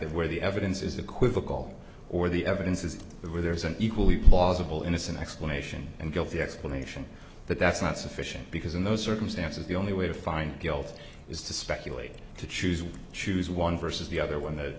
that where the evidence is equivocal or the evidence is there where there's an equally plausible innocent explanation and guilty explanation that that's not sufficient because in those circumstances the only way to find guilt is to speculate to choose choose one versus the other when the